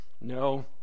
No